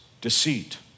deceit